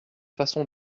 façon